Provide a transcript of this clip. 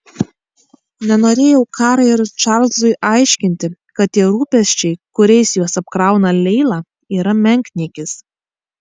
nenorėjau karai ir čarlzui aiškinti kad tie rūpesčiai kuriais juos apkrauna leila yra menkniekis